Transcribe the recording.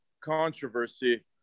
Controversy